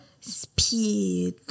speed